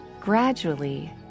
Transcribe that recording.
gradually